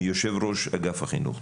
מיושב-ראש אגף החינוך.